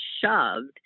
shoved